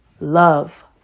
love